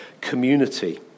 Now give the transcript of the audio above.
community